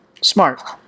Smart